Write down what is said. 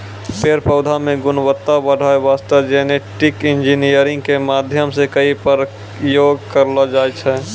पेड़ पौधा मॅ गुणवत्ता बढ़ाय वास्तॅ जेनेटिक इंजीनियरिंग के माध्यम सॅ कई प्रयोग करलो जाय छै